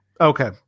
Okay